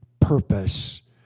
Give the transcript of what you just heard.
purpose